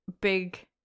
big